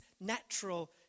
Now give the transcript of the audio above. natural